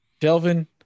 Delvin